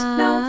no